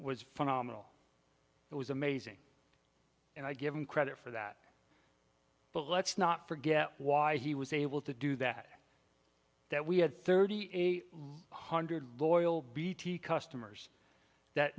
was phenomenal it was amazing and i give him credit for that but let's not forget why he was able to do that that we had thirty eight hundred oil bt customers that